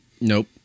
Nope